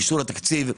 אישור התקציב,